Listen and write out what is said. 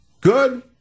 good